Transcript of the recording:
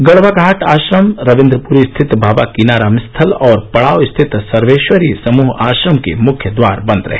गड़वा घाट आश्रम रवींद्रपुरी स्थित बाबा कीनाराम स्थल और पड़ाव स्थित सर्वेश्वरी समूह आश्रम के मुख्य द्वार बंद रहे